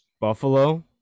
buffalo